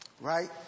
right